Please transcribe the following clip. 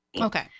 Okay